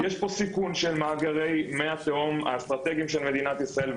יש פה סיכון של מאגרי מי התהום האסטרטגיים של מדינת ישראל,